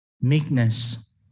meekness